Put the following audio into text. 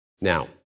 Now